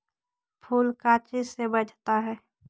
फूल का चीज से बढ़ता है?